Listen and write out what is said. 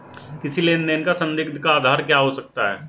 किसी लेन देन का संदिग्ध का आधार क्या हो सकता है?